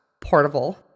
portable